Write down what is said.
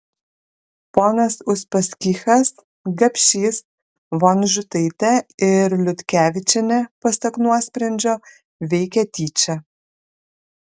ponas uspaskichas gapšys vonžutaitė ir liutkevičienė pasak nuosprendžio veikė tyčia